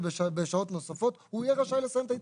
בשעות נוספות הוא יהיה רשאי לסיים את ההתקשרות.